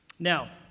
Now